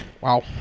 Wow